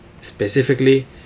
Specifically